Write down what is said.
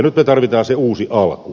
nyt tarvitaan se uusi alku